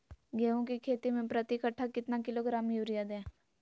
गेंहू की खेती में प्रति कट्ठा कितना किलोग्राम युरिया दे?